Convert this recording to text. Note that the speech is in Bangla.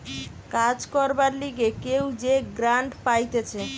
কাজ করবার লিগে কেউ যে গ্রান্ট পাইতেছে